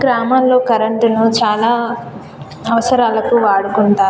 గ్రామాల్లో కరెంటును చాలా అవసరాలకు వాడుకుంటారు